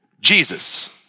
Jesus